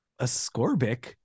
ascorbic